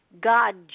God